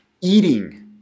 eating